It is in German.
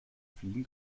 fliegen